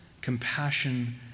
compassion